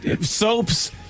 soaps